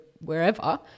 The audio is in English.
wherever